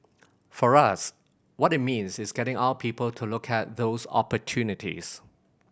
for us what it means is getting our people to look at those opportunities